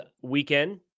weekend